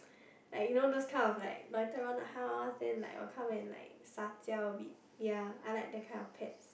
like you know those kind of like loiter around the house then like will come and like sa jiao a bit ya I like that kind of pet